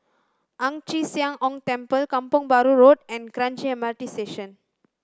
Ang Chee Sia Ong Temple Kampong Bahru Road and Kranji M R T Station